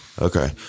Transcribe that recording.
Okay